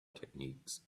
techniques